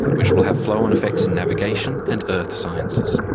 which will have flow-on effects in navigation and earth sciences.